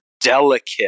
delicate